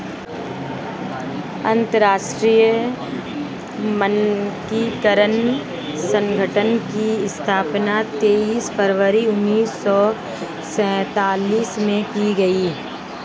अंतरराष्ट्रीय मानकीकरण संगठन की स्थापना तेईस फरवरी उन्नीस सौ सेंतालीस में की गई